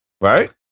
Right